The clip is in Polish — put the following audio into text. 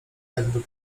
jakby